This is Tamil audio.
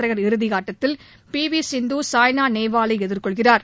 தேசிய ஒற்றையர் இறுதியாட்டத்தில் பி வி சிந்து சாய்னா நேவால் ஐ எதிர்கொள்கிறார்